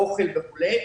אוכל וכולי,